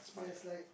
there's like